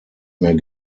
mehr